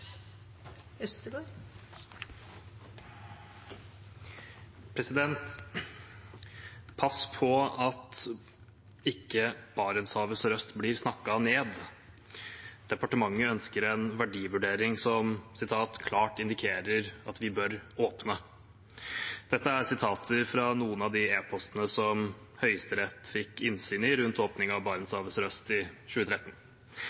på at ikke Barentshavet sørøst blir snakket ned.» Departementet ønsker en verdivurdering som «klart indikerer at vi bør åpne». Dette er sitater fra noen av de e-postene Høyesterett fikk innsyn i rundt åpning av Barentshavet sørøst i 2013,